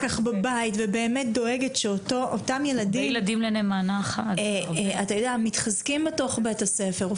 כך גם בבית ובאמת דואגת לאותם הילדים שיתחזקו בתוך בית הספר,